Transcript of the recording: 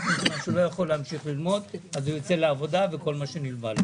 כי הן באות בטוב ובגישה טובה?